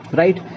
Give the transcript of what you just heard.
right